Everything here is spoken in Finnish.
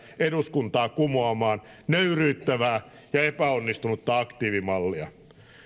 eduskuntaa kumoamaan nöyryyttävää ja epäonnistunutta aktiivimallia